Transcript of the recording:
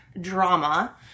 drama